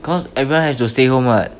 cause everyone has to stay home [what]